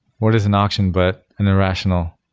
what is an auction, but an irrational,